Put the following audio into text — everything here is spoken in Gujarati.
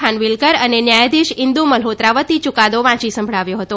ખાનવીલકર અને ન્યાયાધીશ ઇન્દુ મલ્હોત્રા વતી યૂકાદો વાંચી સંભળાવ્યો હતો